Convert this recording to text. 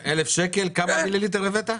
כמה מיליליטר הבאת?